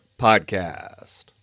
Podcast